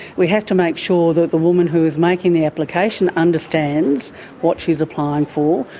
we have to make sure that the woman who is making the application understands what she is applying for,